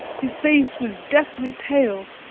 his face was deathly pale,